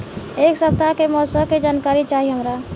एक सपताह के मौसम के जनाकरी चाही हमरा